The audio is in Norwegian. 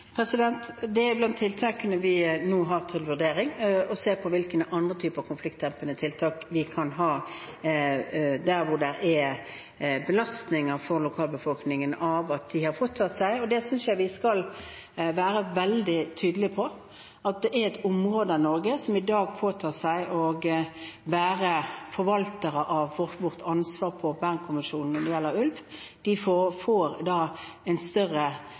Det er blant tiltakene vi nå har til vurdering – å se på hvilke andre typer konfliktdempende tiltak vi kan ha der hvor det er belastninger for lokalbefolkningen med det de har påtatt seg. Og jeg synes vi skal være veldig tydelig på at det er et område av Norge der de i dag påtar seg å være forvaltere av vårt ansvar etter Bernkonvensjonen når det gjelder ulv. De får da en større